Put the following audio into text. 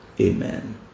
amen